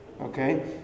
Okay